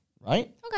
right